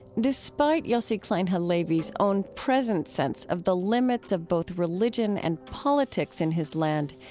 despite yossi klein halevi's own present sense of the limits of both religion and politics in his land,